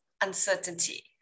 uncertainty